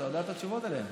אתה יודע את התשובות עליהן.